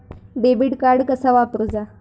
Debit card कसा वापरुचा?